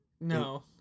No